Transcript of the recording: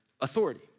authority